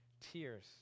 tears